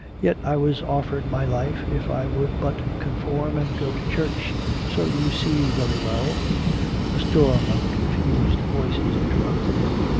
yet i was offered my life, if i would but conform and go to church so you see very well a storm of confused voices interrupted him.